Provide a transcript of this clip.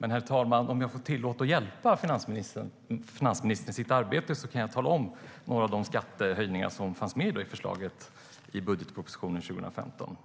Men, herr talman, om jag får tillåtelse att hjälpa finansministern i hennes arbete kan jag tala om några av de skattehöjningar som fanns med i förslaget i budgetpropositionen för 2015.